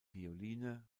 violine